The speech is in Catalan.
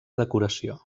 decoració